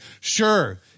sure